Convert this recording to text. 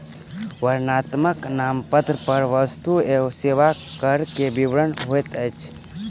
वर्णनात्मक नामपत्र पर वस्तु एवं सेवा कर के विवरण होइत अछि